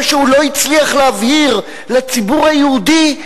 מה שהוא לא הצליח להבהיר לציבור היהודי,